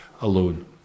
alone